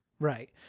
Right